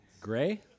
gray